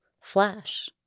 Flash